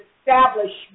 establishment